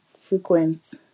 frequent